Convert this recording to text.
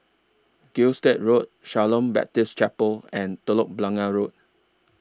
Gilstead Road Shalom Baptist Chapel and Telok Blangah Road